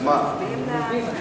לא ביקש.